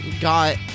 got